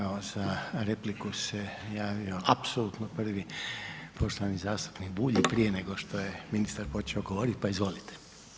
Evo za repliku se javio, apsolutno prvi, poštovani zastupnik Bulj i prije nego što je ministar počeo govorit, pa izvolite.